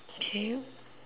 continue